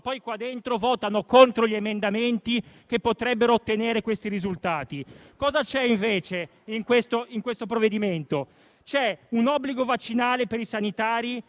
qua dentro votano contro gli emendamenti che potrebbero ottenere questi risultati. Nel provvedimento c'è un obbligo vaccinale per i sanitari,